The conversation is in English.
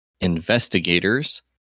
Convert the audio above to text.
investigators